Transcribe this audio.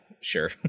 Sure